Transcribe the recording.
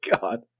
God